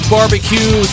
Barbecue